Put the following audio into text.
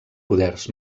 poders